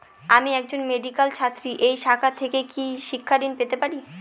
আমি একজন মেডিক্যাল ছাত্রী এই শাখা থেকে কি শিক্ষাঋণ পেতে পারি?